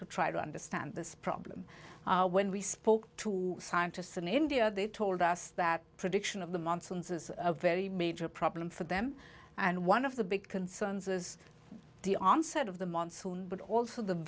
to try to understand this problem when we spoke to scientists in india they told us that prediction of the monsoons is a very major problem for them and one of the big concerns is the onset of the monsoon but also the